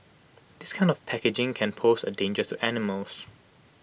this kind of packaging can pose A danger to animals